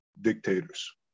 dictators